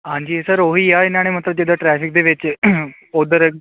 ਹਾਂਜੀ ਸਰ ਉਹੀ ਆ ਇਹਨਾਂ ਨੇ ਮਤਲਬ ਜਿੱਦਾਂ ਟਰੈਫਿਕ ਦੇ ਵਿੱਚ ਉੱਧਰ